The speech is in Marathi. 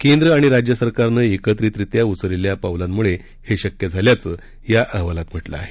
केंद्रआणिराज्यसरकारनंएकत्रितरित्याउचललेल्यापावलांमुळेहेशक्यझाल्याचंअहवालातम्हटलंआहे